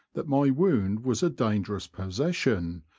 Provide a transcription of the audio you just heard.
that my wound was a dangerous possession,